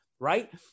Right